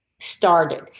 started